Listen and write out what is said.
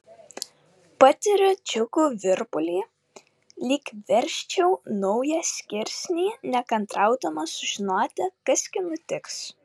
patiriu džiugų virpulį lyg versčiau naują skirsnį nekantraudama sužinoti kas gi nutiks